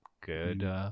Good